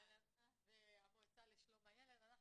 והמועצה לשלום הילד.